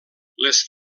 les